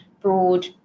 Broad